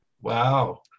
Wow